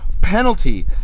penalty